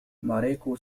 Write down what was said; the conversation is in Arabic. ماريكو